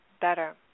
better